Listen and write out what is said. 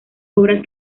obras